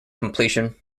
completion